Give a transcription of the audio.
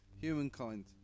Humankind